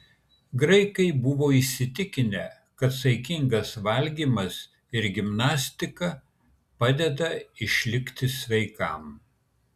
graikai buvo įsitikinę kad saikingas valgymas ir gimnastika padeda išlikti sveikam